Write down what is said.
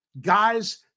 guys